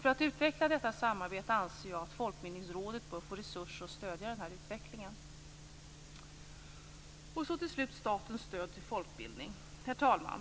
För att utveckla detta samarbete anser jag att Folkbildningsrådet bör få resurser till att stödja den här utvecklingen. Till slut vill jag ta upp detta med statens stöd till folkbildningen. Herr talman!